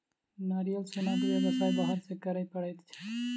नारियल सोनक व्यवसाय बाहर सॅ करय पड़ैत छै